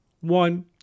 one